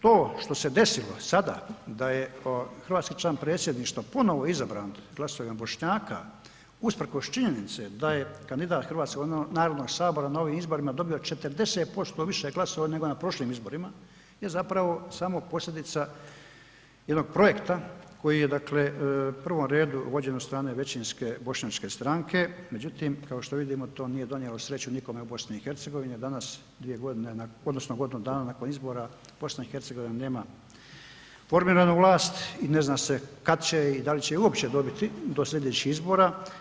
To što se desilo sada da je hrvatski član predsjedništva ponovo izabran glasovima Bošnjaka usprkos činjenice da je kandidat Hrvatskog narodnog sabora na ovim izborima dobio 40% više glasova nego na prošlim izborima je zapravo samo posljedica jednog projekta koji je dakle u prvom redu vođen od strane većinske bošnjačke stranke, međutim kao što vidimo to nije donijelo sreću nikome u BiH a danas 2 godine nakon, odnosno godinu dana nakon izbora BiH nema formiranu vlast i ne zna se kada će i da li će je uopće dobiti do sljedećih izbora.